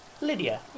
Lydia